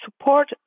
support